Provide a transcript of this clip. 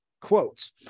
Quotes